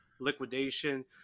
liquidation